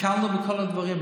הקלנו בכל הדברים.